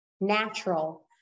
natural